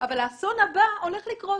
אבל האסון הבא הולך לקרות.